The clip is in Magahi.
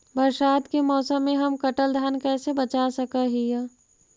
बरसात के मौसम में हम कटल धान कैसे बचा सक हिय?